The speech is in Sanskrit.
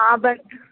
आपणः